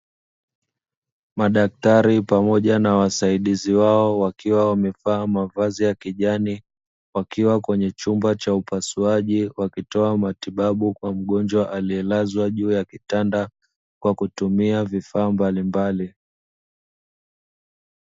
Madaktari pamoja na wasaidizi wao wakiwa wamevaa mavazi ya kijani, wakiwa kwenye chumba cha upasuaji wakitoa matibabu kwa mgonjwa aliyelazwa juu ya kitanda, kwa kutumia vifaa mbalimbali.